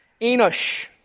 Enosh